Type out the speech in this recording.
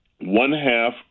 one-half